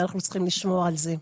ואנחנו צריכים לשמור על זה.